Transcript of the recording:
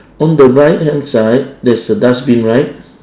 on the right hand side there's a dustbin right